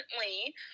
recently